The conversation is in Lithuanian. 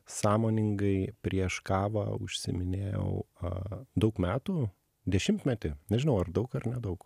sąmoningai prieš kavą užsiiminėjau a daug metų dešimtmetį nežinau ar daug ar nedaug